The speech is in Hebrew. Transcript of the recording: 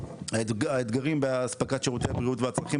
האתגרים באספקת שירותי הבריאות והצרכים